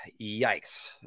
Yikes